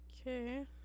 Okay